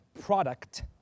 product